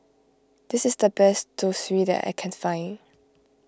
this is the best Zosui that I can find